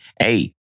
hey